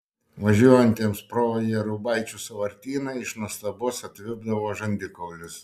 važiuojantiems pro jėrubaičių sąvartyną iš nuostabos atvipdavo žandikaulis